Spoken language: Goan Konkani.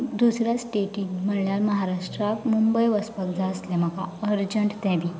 दुसरे स्टेटीन म्हळ्यार महाराष्ट्राक मुंबय वचपाक जाय आसलें म्हाका अरजंट तें बी